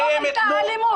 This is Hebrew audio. לא הייתה אלימות.